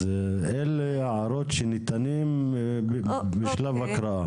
אז אלה הערות שניתנות בשלב הקראה.